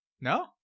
No